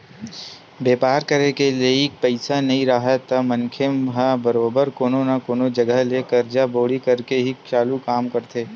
बेपार करे के लइक पइसा नइ राहय त मनखे ह बरोबर कोनो न कोनो जघा ले करजा बोड़ी करके ही काम चालू करथे